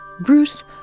Bruce